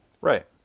Right